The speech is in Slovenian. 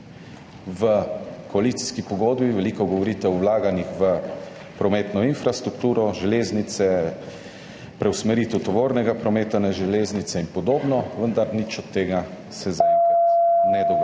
V koalicijski pogodbi veliko govorite o vlaganjih v prometno infrastrukturo, železnice, preusmeritev tovornega prometa na železnice in podobno, vendar se nič od tega zaenkrat ne dogaja.